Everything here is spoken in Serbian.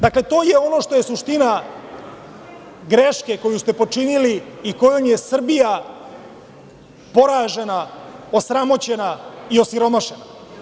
Dakle, to je ono što je suština greške koju ste počinili i kojom je Srbija poražena, osramoćena i osiromašena.